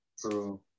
True